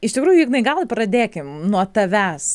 iš tikrųjų ignai gal pradėkim nuo tavęs